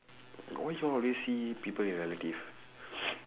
why you always see people with relative